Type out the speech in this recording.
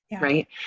right